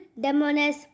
demoness